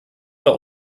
war